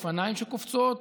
או אופניים שקופצים,